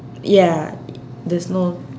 ya there's no